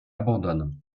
abandonne